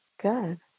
good